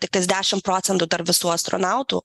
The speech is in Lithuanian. tiktais dešim procentų tarp visų astronautų